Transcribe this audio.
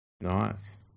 Nice